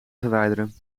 verwijderen